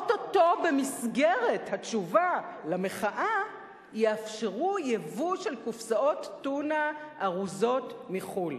במסגרת התשובה למחאה יאפשרו ייבוא של קופסאות טונה ארוזות מחו"ל,